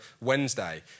Wednesday